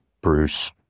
Bruce